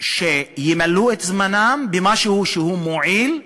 שימלאו את זמנם במשהו שהוא מועיל,